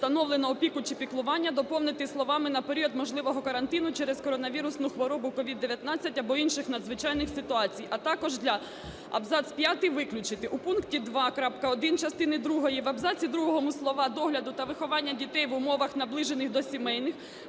"встановлено опіку чи піклування" доповнити словами "на період можливого карантину через коронавірусну хворобу (COVID-19), або інших надзвичайних ситуацій, а також для". Абзац п'ятий виключити. У пункті 2.1 частини другої в абзаці другому слова "догляду та виховання дітей в умовах, наближених до сімейних"